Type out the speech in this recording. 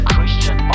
Christian